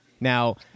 Now